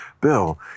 Bill